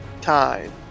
time